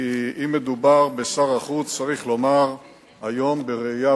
כי אם מדובר בשר החוץ צריך לומר שהיום בראייה,